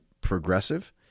progressive